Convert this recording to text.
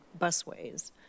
busways